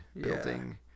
building